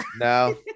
No